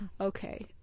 Okay